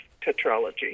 tetralogy